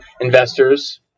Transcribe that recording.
investors